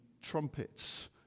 trumpets